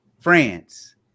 France